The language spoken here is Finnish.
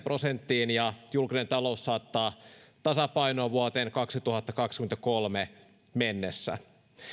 prosenttiin ja julkinen talous tulee saattaa tasapainoon vuoteen kaksituhattakaksikymmentäkolme mennessä